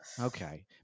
Okay